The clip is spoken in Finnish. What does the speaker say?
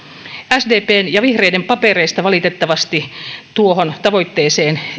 sdpn ja vihreiden papereista ei valitettavasti tuohon tavoitteeseen